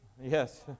yes